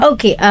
Okay